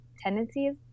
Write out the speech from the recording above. tendencies